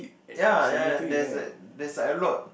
ya ya there is that there is like a lot